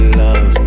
love